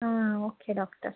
ಹಾಂ okay doctor